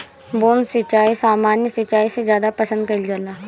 बूंद सिंचाई सामान्य सिंचाई से ज्यादा पसंद कईल जाला